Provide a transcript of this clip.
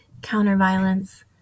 counterviolence